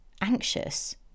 anxious